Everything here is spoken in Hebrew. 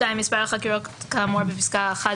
(2)מספר החקירות כאמור בפסקה (1)